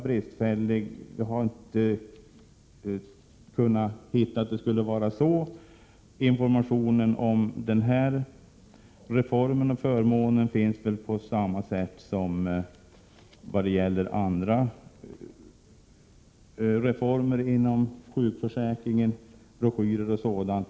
Vi har inte kunnat finna att informationen har varit bristfällig. Information om denna förmån ges väl på samma sätt som i fråga om andra reformer inom sjukförsäkringen i form av broschyrer och sådant.